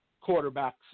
quarterback's